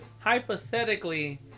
hypothetically